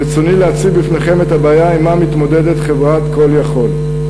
ברצוני להציב בפניכם את הבעיה שעמה מתמודדת חברת "call יכול".